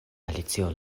alicio